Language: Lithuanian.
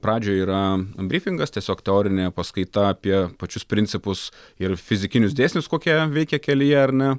pradžioj yra brifingas tiesiog teorinė paskaita apie pačius principus ir fizikinius dėsnius kokie veikia kelyje ar ne